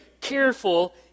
careful